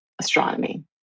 astronomy